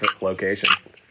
location